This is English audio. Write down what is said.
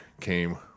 came